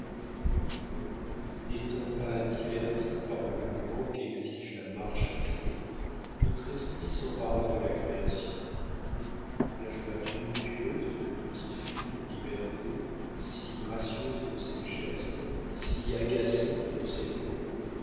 enfin n'étant pas diverti par le mouvement qu'exige la marche à pied notre esprit s'empara de la création la joie tumultueuse d'une petite fille en liberté si gracieuse dans ses gestes si agaçante dans ses propos